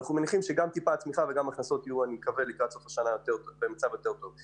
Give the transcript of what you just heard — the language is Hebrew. אנחנו מניחים שמצב הצמיחה לקראת סוף השנה יהיה קצת יותר טוב.